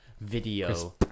video